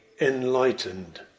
enlightened